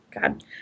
God